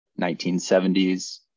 1970s